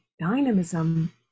dynamism